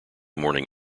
morning